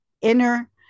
inner